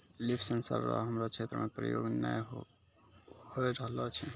लिफ sensor रो हमरो क्षेत्र मे प्रयोग नै होए रहलो छै